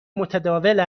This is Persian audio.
متداول